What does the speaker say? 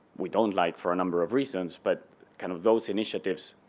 we don't like for a number of reasons. but kind of those initiatives,